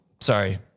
sorry